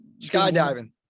Skydiving